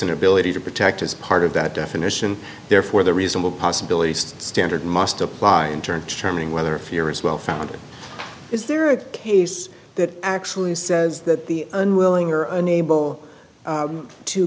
and ability to protect is part of that definition therefore the reasonable possibility standard must apply in turn charming whether fear is well founded is there a case that actually says that the unwilling or unable